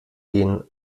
gehen